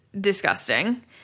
disgusting